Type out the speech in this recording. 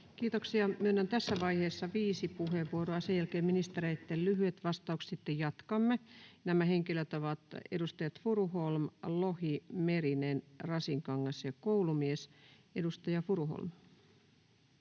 Kiitoksia. — Myönnän tässä vaiheessa viisi puheenvuoroa, sen jälkeen ministereitten lyhyet vastaukset, ja sitten jatkamme. Nämä henkilöt ovat edustajat Furuholm, Lohi, Merinen, Rasinkangas ja Koulumies. — Edustaja Furuholm.